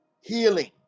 healing